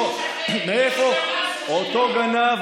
אותו גנב,